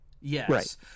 Yes